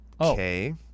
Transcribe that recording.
okay